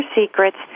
secrets